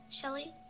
Shelly